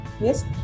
yes